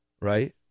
right